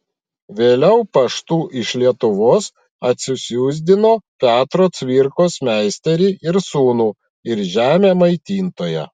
vėliau paštu iš lietuvos atsisiųsdino petro cvirkos meisterį ir sūnų ir žemę maitintoją